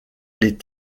les